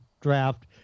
draft